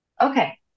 Okay